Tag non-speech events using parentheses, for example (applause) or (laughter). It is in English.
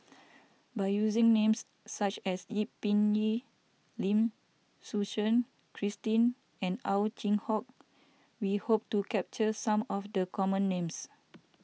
by using names such as Yip Pin (unintelligible) Lim Suchen Christine and Ow Chin Hock we hope to capture some of the common names